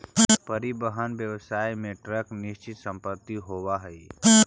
परिवहन व्यवसाय में ट्रक निश्चित संपत्ति होवऽ हई